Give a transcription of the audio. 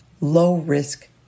low-risk